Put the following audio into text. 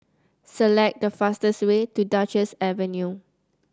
select the fastest way to Duchess Avenue